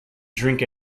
drink